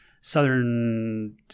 southern